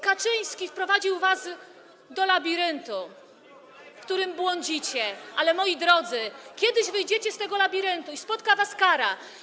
Kaczyński wprowadził was do labiryntu, w którym błądzicie, ale moi drodzy, kiedyś wyjdziecie z tego labiryntu i spotka was kara.